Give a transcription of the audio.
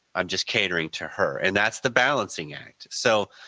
i am just catering to her and that's the balancing act. so,